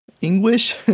English